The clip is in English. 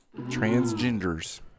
Transgenders